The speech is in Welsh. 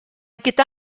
gyda